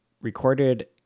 recorded